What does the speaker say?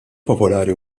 popolari